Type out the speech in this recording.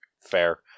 Fair